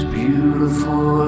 beautiful